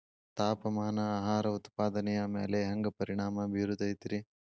ತಾಪಮಾನ ಆಹಾರ ಉತ್ಪಾದನೆಯ ಮ್ಯಾಲೆ ಹ್ಯಾಂಗ ಪರಿಣಾಮ ಬೇರುತೈತ ರೇ?